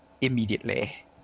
immediately